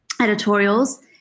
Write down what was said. editorials